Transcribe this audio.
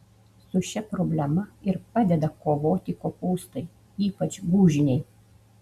su šia problema ir padeda kovoti kopūstai ypač gūžiniai